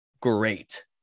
great